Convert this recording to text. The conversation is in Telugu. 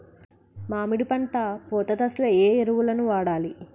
మామిడి పంట పూత దశలో ఏ ఎరువులను వాడాలి?